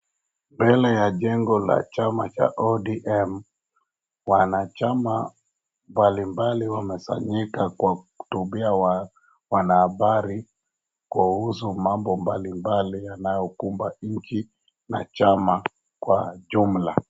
Mbele ya jengo ya chama cha ODM, wanachama mbalimbali wamekusanyika kwa kuhutubia wanahabari kuhusu mambo mbalimbali yanayo kumba nchi na chama kwa jumla.